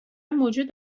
موجود